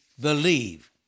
believe